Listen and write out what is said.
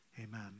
Amen